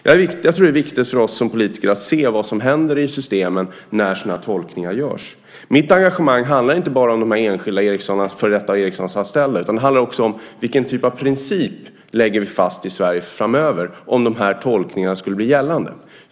Jag tror att det är viktigt för oss som politiker att se vad som händer i systemen när sådana tolkningar görs. Mitt engagemang handlar inte bara om dessa enskilda före detta Ericssonanställda, utan det handlar också om vilken typ av princip som vi lägger fast i Sverige framöver om dessa tolkningar skulle bli gällande.